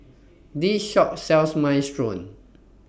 This Shop sells Minestrone